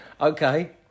Okay